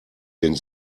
den